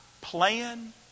plan